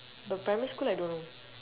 but primary school I don't know